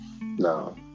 No